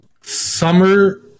summer